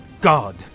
God